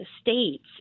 states